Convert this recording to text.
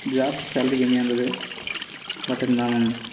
job salary கம்மியாக இருந்தது but இருந்தாலும்